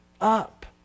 up